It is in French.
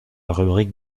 rubrique